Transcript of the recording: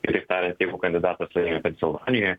kitaip tariant jeigu kandidatas laimi pensilvanijoj